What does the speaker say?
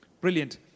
Brilliant